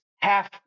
half